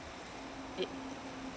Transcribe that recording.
it